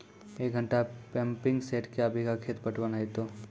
एक घंटा pumping set क्या बीघा खेत पटवन है तो?